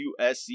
USC